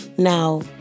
Now